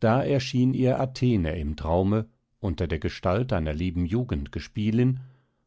da erschien ihr athene im traume unter der gestalt einer lieben jugendgespielin